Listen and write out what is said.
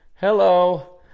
hello